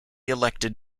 elected